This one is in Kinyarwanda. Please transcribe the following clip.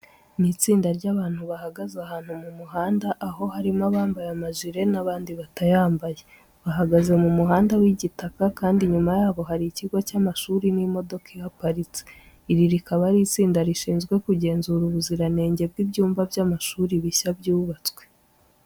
Ni itsinda ry'abantu bahagaze ahantu mu muhanda, aho harimo abambaye amajire n'abandi batayambaye. Bahagaze mu muhanda w'igitaka kandi inyuma yabo hari ikigo cy'amashuri n'imodoka ihaparitse. Iri rikaba ari itsinda rishinzwe kugenzura ubuziranenge by'ibyumba by'amashuri bishya byubatswe.